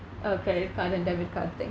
uh credit card and debit card thing